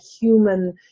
human